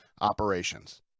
operations